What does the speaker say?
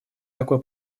такой